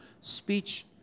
speech